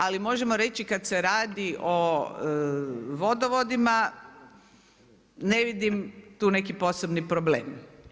Ali možemo reći kada se radi o vodovodima ne vidim tu neki posebni problem.